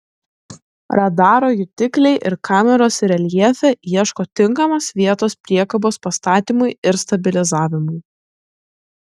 radaro jutikliai ir kameros reljefe ieško tinkamos vietos priekabos pastatymui ir stabilizavimui